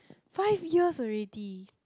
five years already